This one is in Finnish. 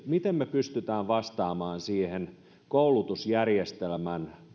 miten me pystymme vastaamaan siihen koulutusjärjestelmän